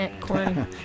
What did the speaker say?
Corn